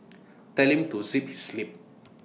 tell him to zip his lip